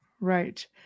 right